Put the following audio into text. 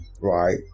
Right